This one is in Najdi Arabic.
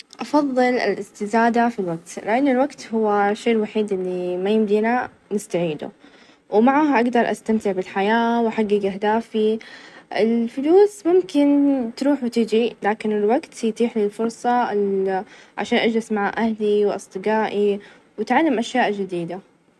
أفظل الاستزادة في الوقت ؛لأن الوقت هو الشي الوحيد اللي ما يمدينا نستعيده ،ومعاها أقدر استمتع بالحياة ،وأحقق أهدافي ،الفلوس ممكن تروح وتجي لكن الوقت يتيح لي الفرصة عشان أجلس مع أهلي، وأصدقائي ،وأتعلم أشياء جديدة.